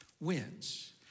wins